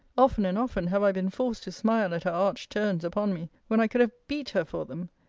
often and often have i been forced to smile at her arch turns upon me, when i could have beat her for them.